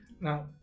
Now